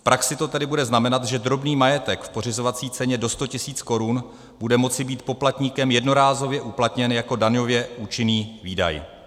V praxi to tedy bude znamenat, že drobný majetek v pořizovací ceně do 100 tisíc korun bude moci být poplatníkem jednorázově uplatněn jako daňově účinný výdaj.